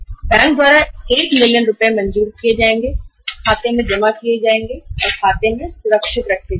1 million रुपए की मंजूरी बैंक द्वारा दी जाएगी और खाते में जमा की जाएगी और खाते में सुरक्षित रखी जाएगी